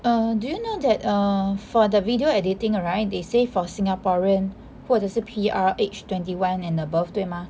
err do you know that err for the video editing right they say for singaporean 或者是 P_R aged twenty one and above 对吗